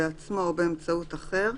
בעצמו או באמצעות אחר,